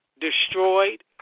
destroyed